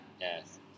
Yes